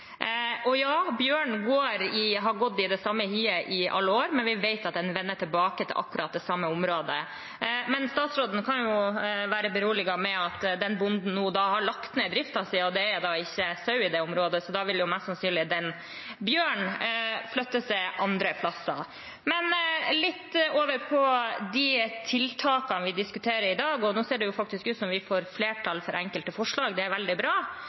Ja, bjørnen har gått i det samme hiet i alle år, men vi vet at den vender tilbake til akkurat det samme området. Men statsråden kan være beroliget med at den bonden nå har lagt ned driften sin, og at det da ikke er sau i det området, så da vil jo mest sannsynlig den bjørnen flytte seg til andre plasser. Men litt over til de tiltakene vi diskuterer i dag: Nå ser det ut til at vi får flertall for enkelte forslag. Det er veldig bra,